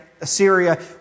Assyria